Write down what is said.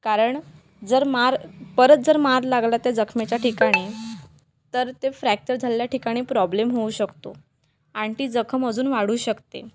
कारण जर मार परत जर मार लागला त्या जखमेच्या ठिकाणी तर ते फ्रॅक्चर झालेल्या ठिकाणी प्रॉब्लेम होऊ शकतो आणि ती जखम अजून वाढू शकते